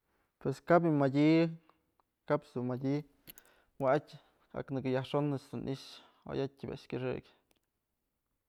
Pues kabyë madyë kapch dun mëdyë wa'atyë ak nëkë yajxon ëch dun i'ixë oyatyë bi'i a'ax kyëxëk.